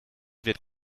wird